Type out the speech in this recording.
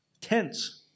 Tents